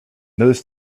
those